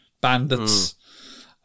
Bandits